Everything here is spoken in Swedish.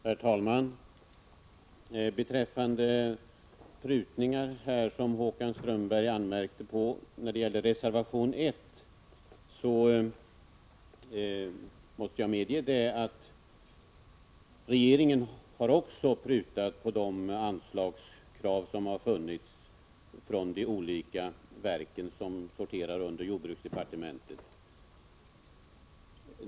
Herr talman! Beträffande reservation 1 och de prutningar som Håkan Strömberg anmärkte på måste jag medge att också regeringen har prutat på de anslagskrav som framförts från de verk som sorterar under jordbruksdepartementet.